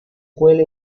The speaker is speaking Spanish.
cuele